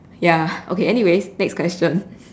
ya okay anyways next question